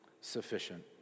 sufficient